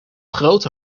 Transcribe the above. grote